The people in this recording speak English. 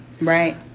Right